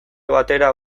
batera